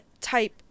type